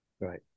Right